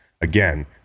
Again